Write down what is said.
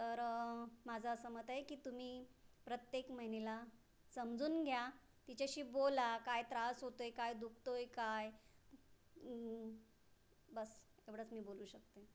तर माझं असं मत आहे की तुम्ही प्रत्येक महिलेला समजून घ्या तिच्याशी बोला काय त्रास होतो आहे काय दुखतो आहे काय बस्स एवढंच मी बोलू शकते